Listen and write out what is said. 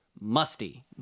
Musty